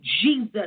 Jesus